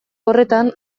horretan